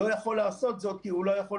לא יכול לעשות זאת כי הוא לא יכול,